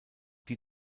die